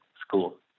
school